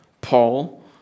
Paul